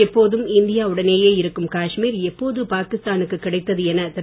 எப்போதும் இந்தியா உடனேயே இருக்கும் காஷ்மீர் எப்போது பாகிஸ்தானுக்கு கிடைத்தது என திரு